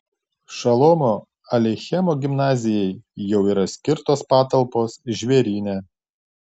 šolomo aleichemo gimnazijai jau yra skirtos patalpos žvėryne